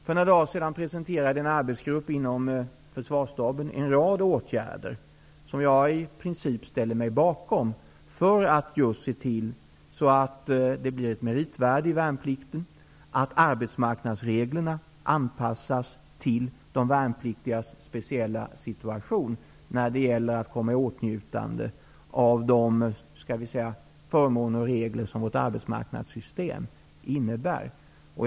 För några dagar sedan presenterade en arbetsgrupp inom Försvarsstaben en rad åtgärder, som jag i princip ställer mig bakom, för att just ge värnpliktstjänstgöringen ett meritvärde och anpassa arbetsmarknadsreglerna till de värnpliktigas speciella situation när det gäller att komma i åtnjutande av de förmåner som vårt arbetsmarknadsystem erbjuder.